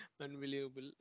unbelievable